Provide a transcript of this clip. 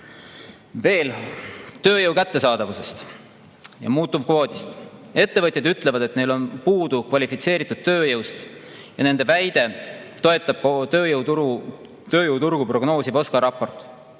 Veel tööjõu kättesaadavusest ja muutuvkvoodist. Ettevõtjad ütlevad, et neil on puudu kvalifitseeritud tööjõudu, ja nende väidet toetab tööjõuturgu prognoosiv OSKA raport.